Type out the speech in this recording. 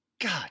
God